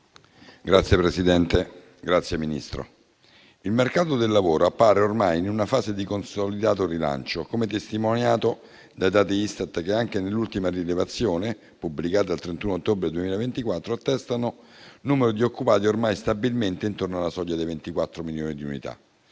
il mercato del lavoro appare ormai in una fase di consolidato rilancio, come testimoniato dai dati Istat, che anche nell'ultima rilevazione, pubblicata il 31 ottobre 2024, attestano un numero di occupati ormai stabilmente intorno alla soglia dei 24 milioni di unità.